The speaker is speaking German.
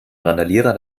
randalierer